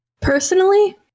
Personally